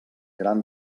gran